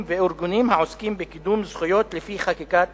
וארגונים העוסקים בקידום זכויות לפי חקיקת